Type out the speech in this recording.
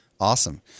Awesome